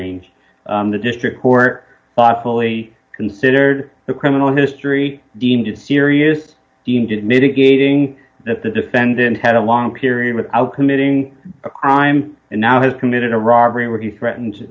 range the district court thoughtfully considered a criminal history deemed a serious deemed mitigating that the defendant had a long period without committing a crime and now has committed a robbery where he threatened